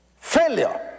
Failure